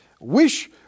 Wish